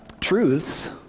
truths